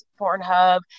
Pornhub